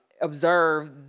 observe